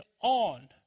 on